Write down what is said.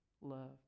love